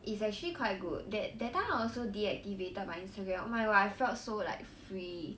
it's actually quite good that that time I also deactivated my Instagram oh my god I felt so like free